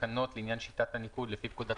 התקנות לעניין שיטת הניקוד לפי פקודת